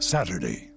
Saturday